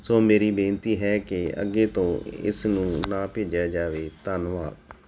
ਸੋ ਮੇਰੀ ਬੇਨਤੀ ਹੈ ਕਿ ਅੱਗੇ ਤੋਂ ਇਸ ਨੂੰ ਨਾ ਭੇਜਿਆ ਜਾਵੇ ਧੰਨਵਾਦ